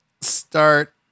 start